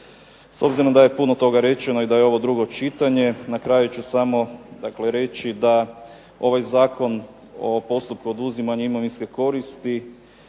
S obzirom da je puno toga rečeno da je ovo drugo čitanje, na kraju ću reći samo da ovaj Zakon o postupku oduzimanja imovinske koristi